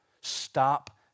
Stop